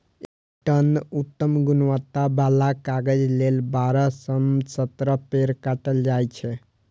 एक टन उत्तम गुणवत्ता बला कागज लेल बारह सं सत्रह पेड़ काटल जाइ छै